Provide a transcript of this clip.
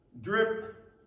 drip